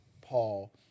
Paul